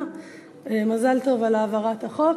התשע"ד 20014,